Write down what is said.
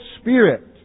spirit